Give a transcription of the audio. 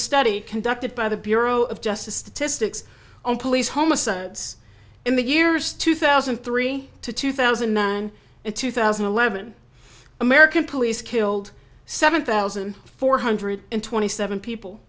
study conducted by the bureau of justice statistics on police homicide in the years two thousand and three to two thousand and nine and two thousand and eleven american police killed seven thousand four hundred twenty seven people